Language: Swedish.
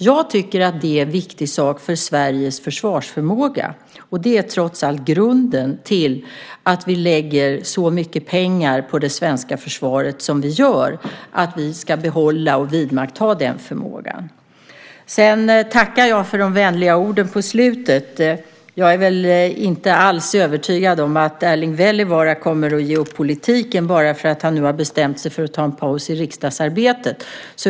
Jag tycker att det är en viktig sak för Sveriges försvarsförmåga, och det är trots allt grunden till att vi lägger så mycket pengar på det svenska försvaret som vi gör att vi ska behålla och vidmakthålla den förmågan. Sedan tackar jag för de vänliga orden på slutet. Jag är inte alls övertygad om att Erling Wälivaara kommer att ge upp politiken bara för att han nu har bestämt sig för att ta en paus i riksdagsarbetet.